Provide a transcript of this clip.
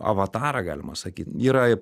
avatarą galima sakyt yra